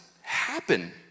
happen